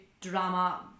drama